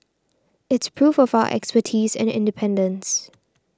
it's proof far expertise and independence